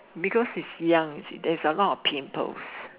because is young you see there is a lot of pimples